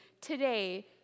today